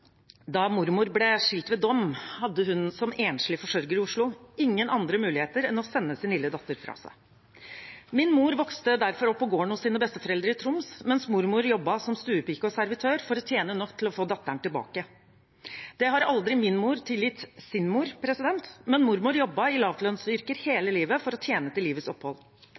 Da mormor ble skilt ved dom, hadde hun som enslig forsørger i Oslo ingen andre muligheter enn å sende sin lille datter fra seg. Min mor vokste derfor opp på gården hos sine besteforeldre i Troms, mens mormor jobbet som stuepike og servitør for å tjene nok til å få datteren tilbake. Det har min mor aldri tilgitt sin mor, men mormor jobbet i lavlønnsyrker hele livet for å tjene til livets opphold.